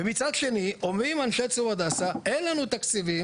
מצד שני, אומרים אנשי צור הדסה: אין לנו תקציבים.